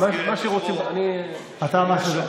אין לי בעיה שזה יעבור למסגרת החוק,